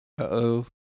Uh-oh